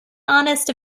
honest